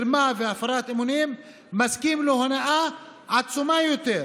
במרמה ובהפרת אמונים מסכים להונאה עצומה יותר,